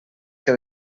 que